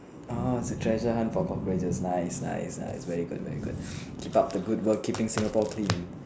orh is a treasure hunt for cockroaches nice nice nice very good very good keep up the good work keeping Singapore clean